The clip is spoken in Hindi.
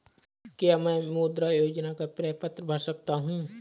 क्या मैं मुद्रा योजना का प्रपत्र भर सकता हूँ?